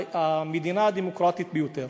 המדינה הדמוקרטית ביותר.